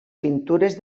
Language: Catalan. pintures